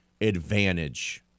advantage